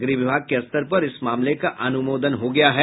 गृह विभाग के स्तर पर इस मामले का अनुमोदन हो गया है